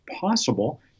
possible